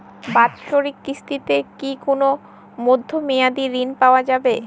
বাৎসরিক কিস্তিতে কি কোন মধ্যমেয়াদি ঋণ পাওয়া যায়?